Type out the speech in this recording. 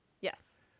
Yes